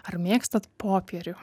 ar mėgstat popierių